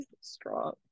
Strong